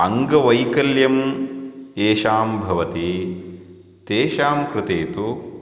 अङ्गवैकल्यं येषां भवति तेषां कृते तु